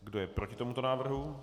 Kdo je proti tomuto návrhu?